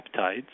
peptides